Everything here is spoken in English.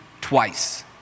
twice